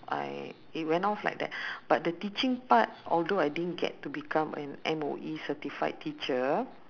I it went off like that but the teaching part although I didn't get to become an M_O_E certified teacher